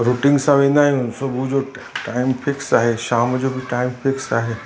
routine सां वेंदा आहियूं सुबुह जो टाइम फिक्स आहे शाम जो बि टाइम फिक्स आहे